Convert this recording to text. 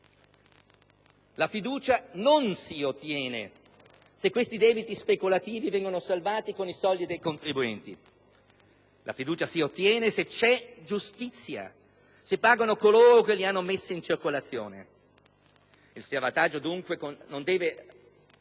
La fiducia non si ottiene se questi debiti speculativi vengono salvati con i soldi dei contribuenti. La fiducia si ottiene se c'è giustizia, se pagano coloro che li hanno messi in circolazione. Il salvataggio, dunque, deve